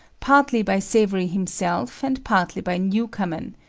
partly by savery himself and partly by newcomen,